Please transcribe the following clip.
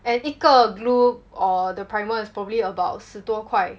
and 一个 glue or the primer is probably about 十多块